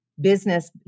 business